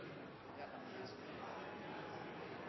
jeg